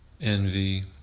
envy